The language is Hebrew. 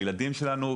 הילדים שלנו,